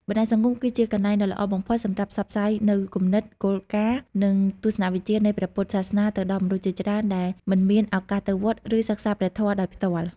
បណ្តាញសង្គមគឺជាកន្លែងដ៏ល្អបំផុតសម្រាប់ផ្សព្វផ្សាយនូវគំនិត គោលការណ៍ និងទស្សនវិជ្ជានៃព្រះពុទ្ធសាសនាទៅដល់មនុស្សជាច្រើនដែលមិនមានឱកាសទៅវត្ត ឬសិក្សាព្រះធម៌ដោយផ្ទាល់។